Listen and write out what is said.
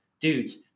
dudes